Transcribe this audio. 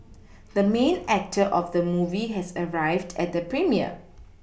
the main actor of the movie has arrived at the premiere